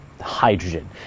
hydrogen